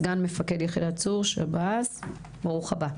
סגן מפקד יחידת צור-שב"ס, ברוך הבא.